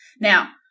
Now